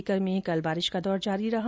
सीकर में भी कल बारिश का दौर जारी रहा